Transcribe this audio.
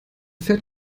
fährt